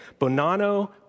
Bonanno